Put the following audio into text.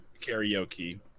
karaoke